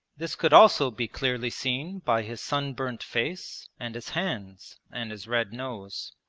this could also be clearly seen by his sunburnt face and his hands and his red nose.